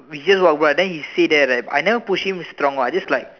we just walk by then he say that leh I never push him strong